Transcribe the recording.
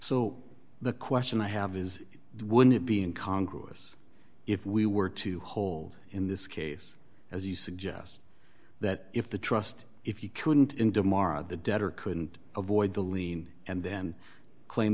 so the question i have is would it be in congress if we were to hold in this case as you suggest that if the trust if you couldn't in demar the debtor couldn't avoid the lien and then claim